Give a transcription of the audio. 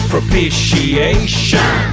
Propitiation